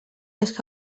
les